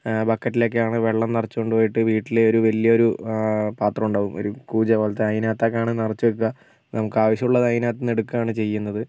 ബക്കറ്റിലൊക്കെയാണ് വെള്ളം നിറച്ചുകൊണ്ടു പോയിട്ട് വീട്ടിൽ ഒരു വലിയൊരു ആ പാത്രം ഉണ്ടാകും ഒരു കൂജ പോലത്തെ അതിനകത്തൊക്കെയാണ് നിറച്ച് വെക്ക നമുക്ക് ആവശ്യമുള്ളത് അതിനകത്തുനിന്ന് എടുക്കാണ് ചെയ്യുന്നത്